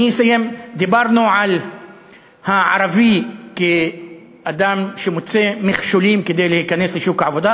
דיברנו על הערבי כאדם שמוצא מכשולים כדי להיכנס לשוק העבודה.